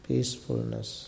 Peacefulness